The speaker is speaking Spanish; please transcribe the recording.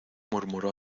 murmuró